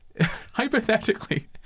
Hypothetically